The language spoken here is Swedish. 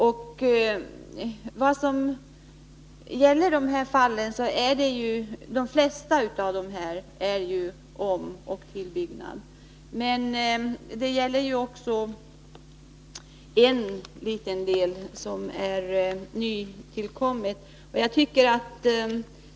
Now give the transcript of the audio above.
I min fråga tog jag upp ärenden som gäller arbeten med omoch tillbyggnader, men nu har det tillkommit ärenden som gäller arbete av annan typ.